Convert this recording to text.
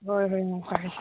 ꯍꯣꯏ ꯍꯣꯏ